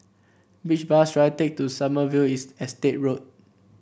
which bus should I take to Sommerville Estate Road